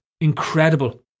incredible